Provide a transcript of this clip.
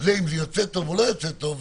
זה לא המון מסגרות.